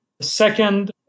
Second